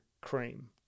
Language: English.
cream